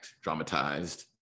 dramatized